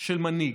של מנהיג.